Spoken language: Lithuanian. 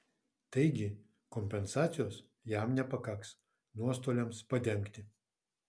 taigi kompensacijos jam nepakaks nuostoliams padengti